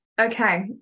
Okay